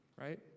right